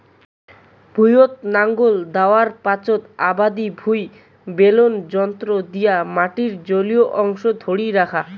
ভুঁইয়ত নাঙল দ্যাওয়ার পাচোত আবাদি ভুঁই বেলন যন্ত্র দিয়া মাটির জলীয় অংশক ধরি রাখে